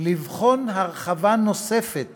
לבחון הרחבה נוספת